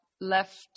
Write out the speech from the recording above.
left